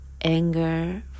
anger